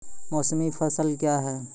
मौसमी फसल क्या हैं?